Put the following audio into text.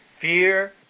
Fear